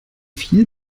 viel